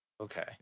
Okay